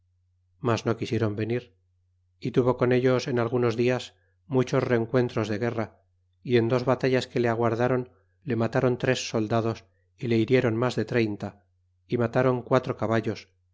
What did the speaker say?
mas no quisieron venir e tuvo con ellos en algunos dias muchos rencuentros de guerra y en dos batallas que le aguardron le matron tres soldados y le hirieron mas de treinta y mataron quatro caballos